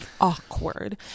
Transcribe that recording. awkward